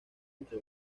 entre